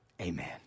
Amen